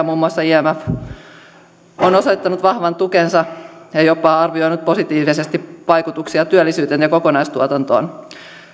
muun muassa imf on osoittanut vahvan tukensa ja ja jopa arvioinut positiivisesti vaikutuksia työllisyyteen ja kokonaistuotantoon